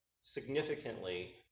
significantly